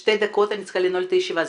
שתי דקות אני צריכה לנעול את הישיבה.